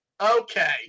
okay